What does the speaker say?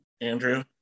Andrew